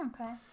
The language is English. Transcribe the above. Okay